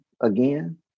again